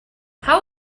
how